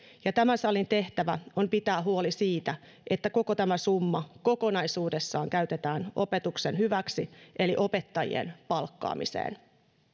ja tämän salin tehtävänä on pitää huoli siitä että koko tämä summa kokonaisuudessaan käytetään opetuksen hyväksi eli opettajien palkkaamiseen